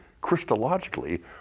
Christologically